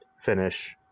finish